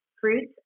fruits